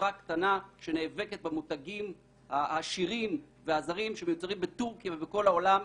חברה קטנה שנאבקת במותגים העשירים והזרים שמיוצרים בתורכיה ובכל העולם,